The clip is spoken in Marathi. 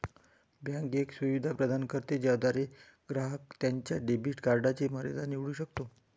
बँक एक सुविधा प्रदान करते ज्याद्वारे ग्राहक त्याच्या डेबिट कार्डची मर्यादा निवडू शकतो